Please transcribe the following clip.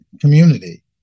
community